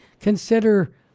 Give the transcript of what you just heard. consider